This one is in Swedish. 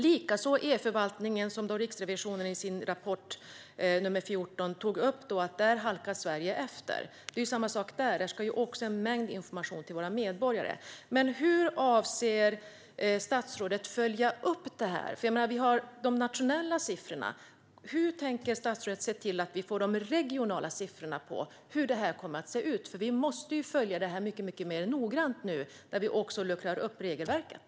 Likaså har Riksrevisionen i sin rapport nr 14 tagit upp att Sverige halkar efter när det gäller e-förvaltning. Det är samma sak där: En mängd information ska ut till våra medborgare. Men hur avser statsrådet att följa upp detta? Vi har de nationella siffrorna. Hur tänker statsrådet se till att vi får de regionala siffrorna på hur detta kommer att se ut? Vi måste följa detta mycket mer noggrant nu när vi också luckrar upp regelverket.